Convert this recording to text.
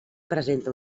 presenta